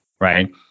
right